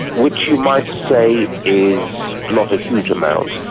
which you might say is not a huge amount,